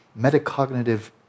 metacognitive